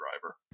driver